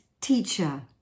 teacher